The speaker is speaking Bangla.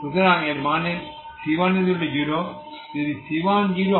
সুতরাং এর মানে হল c10